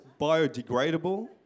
biodegradable